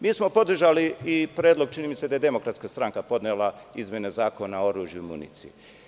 Mi smo podržali i predlog, čini mi se da je Demokratska stranka podnela, izmene Zakona o oružju i municiji.